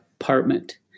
apartment